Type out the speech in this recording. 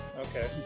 Okay